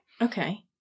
Okay